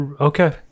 Okay